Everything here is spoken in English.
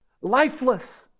lifeless